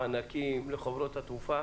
מענקים לחברות התעופה